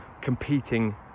competing